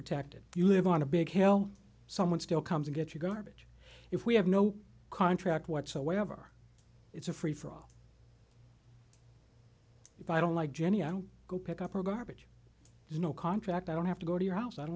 protected you live on a big hill someone still comes to get your garbage if we have no contract whatsoever it's a free for all if i don't like jenny i don't go pick up her garbage there's no contract i don't have to go to your house i don't